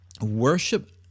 worship